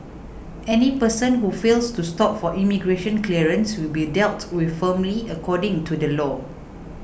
any person who fails to stop for immigration clearance will be dealt with firmly according to the law